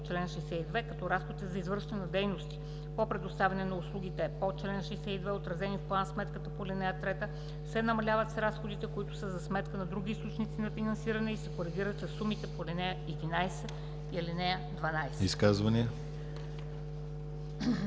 чл. 62, като разходите за извършване на дейности по предоставяне на услугите по чл. 62, отразени в план-сметката по ал. 3, се намаляват с разходите, които са за сметка на други източници на финансиране, и се коригират със сумите по ал. 11 и 12.“